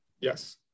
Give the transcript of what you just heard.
Yes